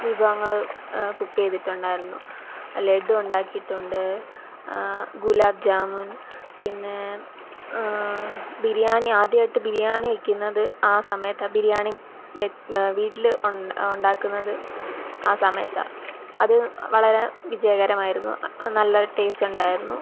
വിഭവങ്ങള് കുക്ക് ചെയ്യ്തിട്ടുണ്ടായിരുന്നു ലെഡ്ഡു ഒക്കെ ഉണ്ടാക്കിയിട്ടുണ്ട് ഗുലാബ് ജാമുൻ പിന്നേ ബിരിയാണി ആദ്യമായിട്ട് ബിരിയാണി വെയ്ക്കുന്നത് ആ സമയത്താണ് ബിരിയാണി വെ വീട്ടില് ഉണ്ട ഉണ്ടാക്കുന്നത് ആ സമയത്ത അത് വളരെ വിജയകരമായിരുന്നു നല്ല ടെസ്റ്റ് ഉണ്ടായിരുന്നു